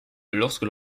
lorsque